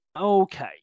Okay